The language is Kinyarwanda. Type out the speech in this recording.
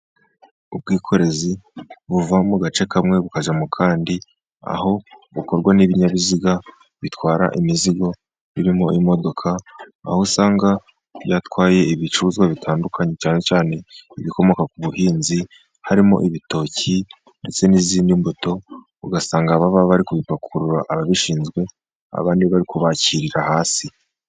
Ubwikorezi buva mu gace kamwe bukajya mu kandi, aho bukorwa n'ibinyabiziga bitwara imizigo birimo imodoka. Aho usanga byatwaye ibicuruzwa bitandukanye cyane cyane ibikomoka ku buhinzi. Harimo ibitoki ndetse n'izindi mbuto, ugasanga baba bari ku bipakurura ababishinzwe. Abandi bari kubakirira hasi.